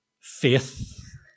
faith